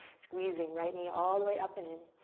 squeezing right knee all the way up and in.